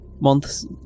months